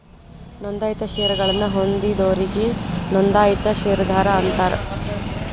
ನೋಂದಾಯಿತ ಷೇರಗಳನ್ನ ಹೊಂದಿದೋರಿಗಿ ನೋಂದಾಯಿತ ಷೇರದಾರ ಅಂತಾರ